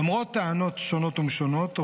למרות טענות שונות ומשונות,